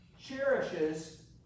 cherishes